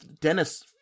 Dennis